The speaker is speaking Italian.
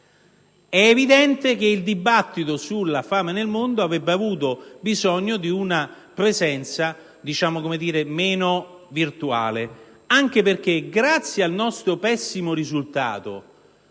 È evidente che il dibattito sulla fame nel mondo avrebbe avuto bisogno di una presenza, diciamo, meno virtuale, anche considerando il nostro pessimo risultato